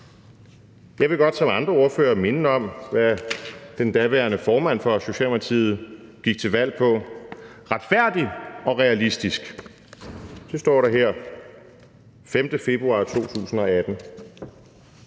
Jeg vil godt som andre ordførere minde om, hvad formanden for Socialdemokratiet gik til valg på: »Retfærdig og realistisk«. Det var fra den 5. februar 2018,